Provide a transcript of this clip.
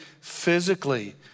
physically